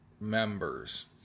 members